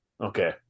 Okay